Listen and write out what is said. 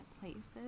places